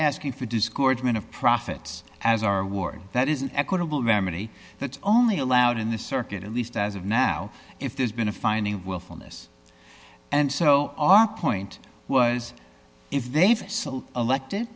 asking for disgorgement of profits as our ward that is an equitable remedy that only allowed in the circuit at least as of now if there's been a finding of willfulness and so our point was if they've elected